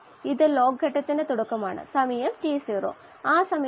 ഇതില് നിന്ന് ഇത്തരത്തിലുള്ള ഒരു പ്ലോട്ടിന്റെ ഡാറ്റ ലഭിക്കും